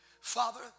Father